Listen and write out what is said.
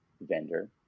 vendor